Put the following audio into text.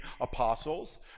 apostles